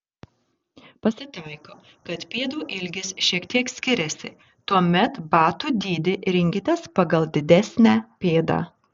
pasitaiko kad pėdų ilgis šiek tiek skiriasi tuomet batų dydį rinkitės pagal didesnę pėdą